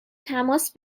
تماس